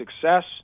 success